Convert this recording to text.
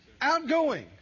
outgoing